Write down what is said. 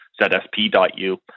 ZSP.u